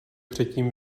předtím